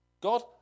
God